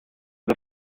was